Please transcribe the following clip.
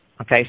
Okay